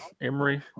Emory